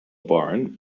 barn